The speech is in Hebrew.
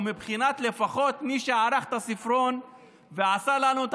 או לפחות מבחינת מי שערך את הספרון ועשה לנו את